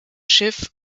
schiff